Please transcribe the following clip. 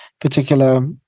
particular